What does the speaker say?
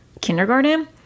kindergarten